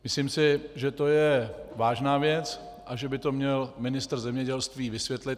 Myslím si, že to je vážná věc a že by to měl ministr zemědělství vysvětlit.